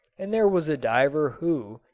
and there was a diver who,